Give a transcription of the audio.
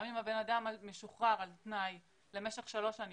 גם אם הבן אדם משוחרר על תנאי למשך שלוש שנים,